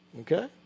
okay